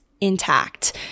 intact